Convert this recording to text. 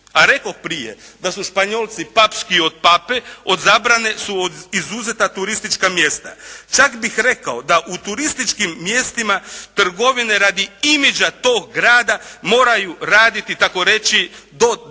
a rekoh prije da su Španjolci papskiji od pape od zabrane su izuzeta turistička mjesta. Čak bih rekao da u turističkim mjestima trgovine radi imagea tog grada moraju raditi takoreći do 9,